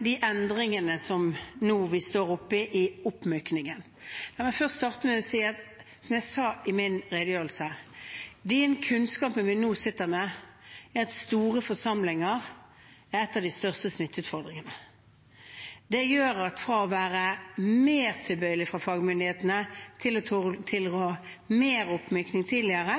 de endringene vi nå står oppe i i oppmykningen. La meg først starte med å si, som jeg sa i min redegjørelse, at de kunnskapene vi nå sitter med, er at store forsamlinger er en av de største smitteutfordringene. Det gjør at fagmyndighetene, fra å være mer tilbøyelige til å ha mer oppmykning tidligere,